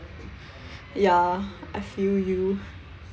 ya I feel you